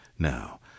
now